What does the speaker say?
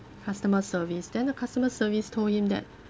customer service then the customer service told him that